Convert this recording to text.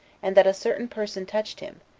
and that a certain person touched him,